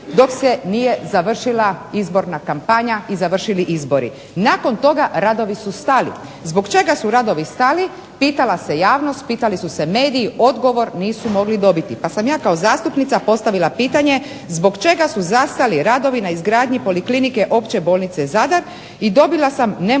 dok se nije završila izborna kampanja i završili izbori. Nakon toga radovi su stali. Zbog čega su radovi stali pitala se javnost, pitali su se mediji. Odgovor nisu mogli dobiti pa sam ja kao zastupnica postavila pitanje zbog čega su zastali radovi na izgradnji poliklinike Opće bolnice Zadar i dobila sam nemušti